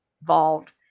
involved